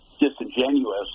disingenuous